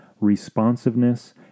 responsiveness